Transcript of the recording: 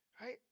Right